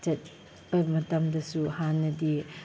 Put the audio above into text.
ꯆꯠꯄ ꯃꯇꯝꯗꯁꯨ ꯍꯥꯟꯅꯗꯤ